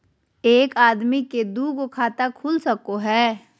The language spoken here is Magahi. एक आदमी के दू गो खाता खुल सको है?